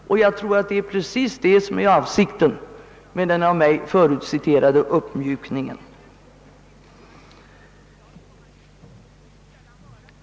Det är avsikten bl.a. med det av mig förut citerade uttalandet om uppmjukning.